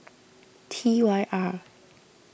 T Y R